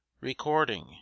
Recording